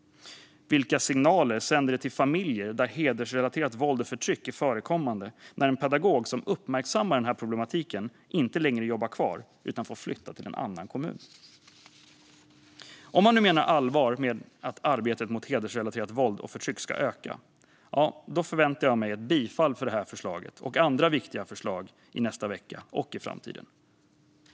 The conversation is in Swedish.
Vilka signaler sänder det till familjer där hedersrelaterat våld och förtryck förekommer när en pedagog som uppmärksammar problematiken inte längre jobbar kvar utan får flytta till en annan kommun? Om man nu menar allvar med att arbetet mot hedersrelaterat våld och förtryck ska öka förväntar jag mig ett bifall till detta och andra viktiga förslag, i nästa vecka och i framtiden.